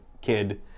kid